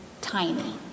tiny